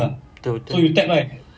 betul betul